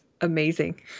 amazing